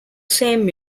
same